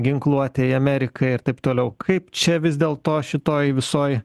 ginkluotei amerikai ir taip toliau kaip čia vis dėl to šitoj visoj